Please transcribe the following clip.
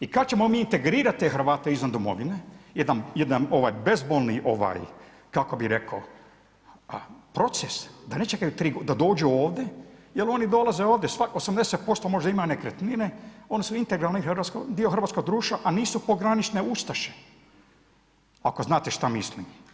I kada ćemo mi integrirati te Hrvate izvan Domovine, jedan bezbolni kako bih rekao proces da ne čekaju 3, da dođu ovdje, jer oni dolaze ovdje, 80% možda ima nekretnine, one su integralni, dio hrvatskoga društva a nisu pogranične ustaše, ako znate šta mislim.